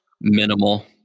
Minimal